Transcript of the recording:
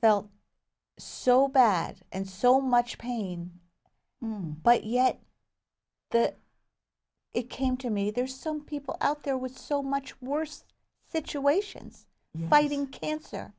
felt so bad and so much pain but yet the it came to me there are some people out there with so much worse situations biting cancer